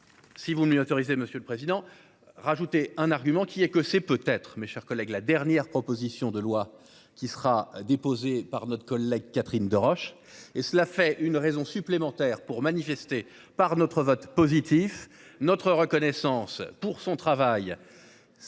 Si vous m'y autorisez, monsieur le président. Rajouter un argument qui est que c'est peut être, mes chers collègues, la dernière proposition de loi qui sera déposé par notre collègue Catherine Deroche et cela fait une raison supplémentaire pour manifester par notre vote positif notre reconnaissance pour son travail.